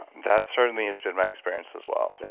that certainly has been my experience as well. yeah